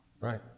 Right